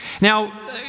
Now